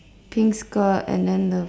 pink skirt and then the